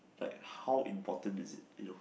like how important is it you know